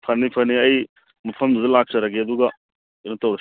ꯐꯅꯤ ꯐꯅꯤ ꯑꯩ ꯃꯐꯝꯗꯨꯗ ꯂꯥꯛꯆꯔꯒꯦ ꯑꯗꯨꯒ ꯀꯩꯅꯣ ꯇꯧꯔꯁꯤ